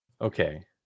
Okay